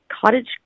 cottage